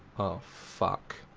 oh fuck.